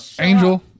Angel